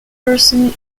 person